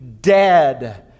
dead